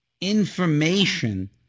information